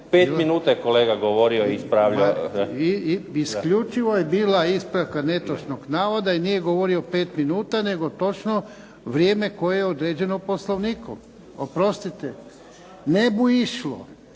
5 minuta je kolega govorio i ispravljao. **Jarnjak, Ivan (HDZ)** Isključivo je bila ispravka netočnog navoda i nije govorio 5 minuta, nego točno vrijeme koje je određeno Poslovnikom. Oprostite. Ne bu išlo.